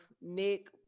Nick